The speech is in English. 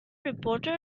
reporter